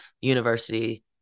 University